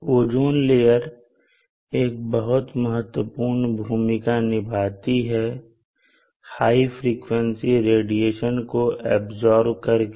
ozone layer एक बहुत महत्वपूर्ण भूमिका निभाती है हाई फ्रिकवेंसी रेडिएशन को ऐब्सॉर्ब कर के